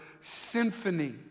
symphony